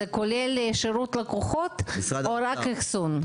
זה כולל שירות לקוחות או רק אחסון?